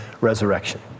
resurrection